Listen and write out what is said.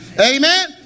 Amen